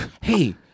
Hey